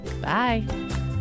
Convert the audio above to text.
bye